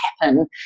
happen